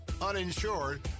uninsured